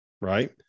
right